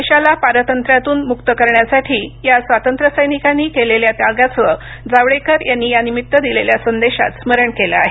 देशाला पारंत्र्यातून मुक्त करण्यासाठी या स्वातंत्र्यसैनिकांनी केलेल्या त्यागाचं जावडेकर यांनी यानिमित्त दिलेल्या संदेशात स्मरण केलं आहे